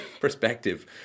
perspective